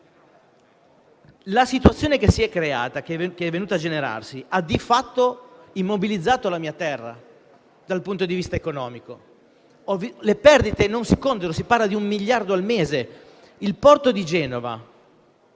La situazione che è venuta a generarsi ha di fatto immobilizzato la mia terra dal punto di vista economico. Le perdite non si contano: si parla di un miliardo di euro al mese. Ciò vale